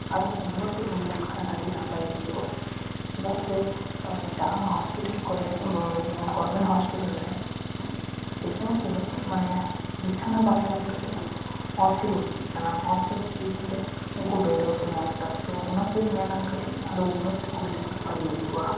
ᱟᱨᱚ ᱩᱱᱱᱚᱛᱤ ᱦᱩᱭ ᱞᱮᱱᱠᱷᱟᱱ ᱟᱹᱰᱤ ᱱᱟᱯᱟᱭ ᱦᱩᱭᱩᱜᱼᱟ ᱪᱮᱫᱟᱜ ᱥᱮ ᱡᱟᱦᱟᱸ ᱦᱚᱸᱥᱯᱤᱴᱟᱞ ᱠᱚᱨᱮ ᱜᱚᱨᱢᱮᱱ ᱦᱚᱸᱥᱯᱤᱴᱟᱞ ᱨᱮ ᱯᱮᱥᱮᱱ ᱠᱚ ᱢᱟᱱᱮ ᱵᱤᱪᱷᱟᱱᱟ ᱵᱟᱝ ᱧᱟᱢ ᱠᱟᱛᱮ ᱚᱛ ᱨᱮᱠᱚ ᱜᱤᱛᱤᱡ ᱠᱟᱱᱟ ᱚᱛᱨᱮ ᱜᱤᱛᱤᱡ ᱠᱟᱛᱮᱫ ᱩᱱᱠᱩ ᱵᱮᱰ ᱵᱟᱠᱚ ᱧᱟᱢ ᱮᱫᱟ ᱛᱚ ᱚᱱᱟ ᱠᱚᱧ ᱢᱮᱱᱟ ᱠᱟᱹᱴᱤᱡ ᱟᱨᱚ ᱩᱱᱱᱚᱛᱤ ᱦᱩᱭ ᱞᱮᱱᱠᱷᱟᱱ ᱵᱷᱟᱹᱜᱤ ᱦᱩᱭᱩᱜᱼᱟ